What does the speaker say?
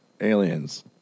Aliens